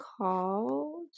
called